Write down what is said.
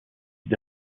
sud